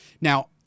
Now